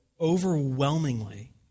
overwhelmingly